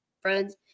friends